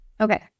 Okay